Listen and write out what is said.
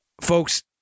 folks